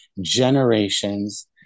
generations